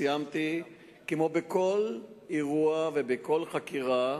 סיימתי, כמו בכל אירוע, ובכל חקירה,